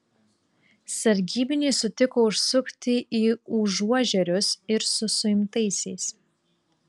sargybiniai sutiko užsukti į užuožerius ir su suimtaisiais